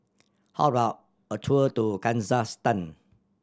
how about a tour to Kazakhstan